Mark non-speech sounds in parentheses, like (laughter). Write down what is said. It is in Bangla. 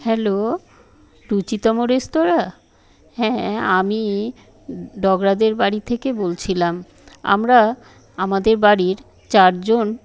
হ্যালো রুচিতম রেস্তোরাঁ হ্যাঁ আমি (unintelligible) দের বাড়ি থেকে বলছিলাম আমরা আমাদের বাড়ির চারজন